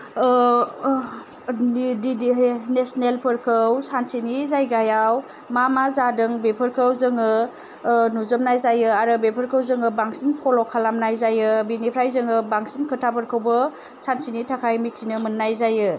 D डि नेसनेलफोरखौ सानसेनि जायगायाव मा मा जादों बेफोरखौ जोङो नुजोबनाय जायो आरो बेफोरखौ जोङो बांसिन फल' खालामनाय जायो बेनिफ्राय जोङो बांसिन खोथाफोरखौबो सानसेनि थाखाय मिथिनो मोननाय जायो